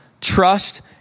Trust